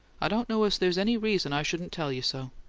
i don't know as there's any reason i shouldn't tell you so.